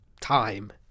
time